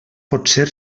potser